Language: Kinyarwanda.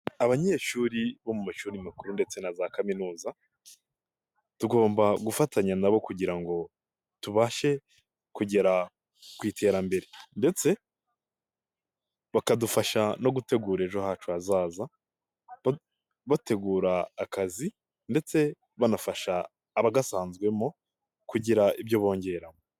Abanyeshuri bo mu mashuri makuru ndetse na za kaminuza, tugomba gufatanya na bo kugira ngo tubashe kugera ku iterambere. Ndetse bakadufasha no gutegura ejo hacu hazaza ,bategura akazi ndetse banafasha abagasanzwemo kugira ibyo bongeramo.